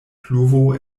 pluvo